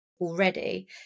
already